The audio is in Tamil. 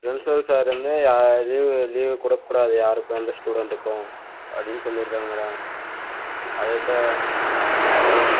பிரின்சிபால் சார் வந்து யா இது லீவு கொடுக்கக்கூடாது யாருக்கும் எந்த ஸ்டூண்ட்டுக்கும் அப்படின்னு சொல்லியிருக்காங்க மேடம் அதுக்குதான் அது